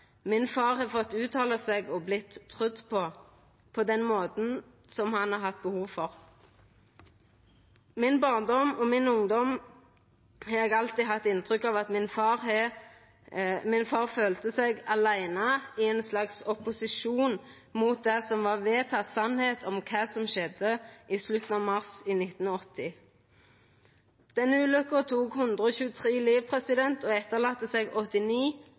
min har fått uttala seg og har vorte trudd på, på den måten som han har hatt behov for. I barndomen og ungdomen har eg alltid hatt inntrykk av at far min følte seg aleine i ein slags opposisjon mot det som var den vedtekne sanninga om kva som skjedde i slutten av mars i 1980. Denne ulykka tok 123 liv og let etter seg 89